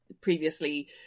previously